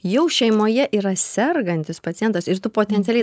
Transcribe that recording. jau šeimoje yra sergantis pacientas ir tu potencialiai